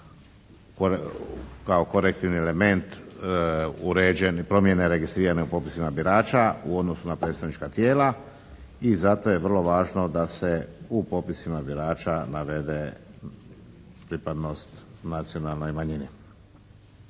kao korektivni element uređen, promjene registrirane u popisima birača u odnosu na predstavnička tijela i zato je vrlo važno da se u popisima birača navede pripadnost nacionalnoj manjini.